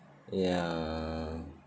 ya